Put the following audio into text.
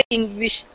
English